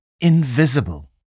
invisible